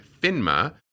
FINMA